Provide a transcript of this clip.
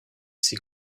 ces